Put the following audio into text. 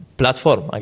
platform